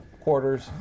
quarters